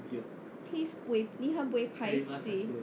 please buay 你很 buay paiseh